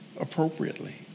appropriately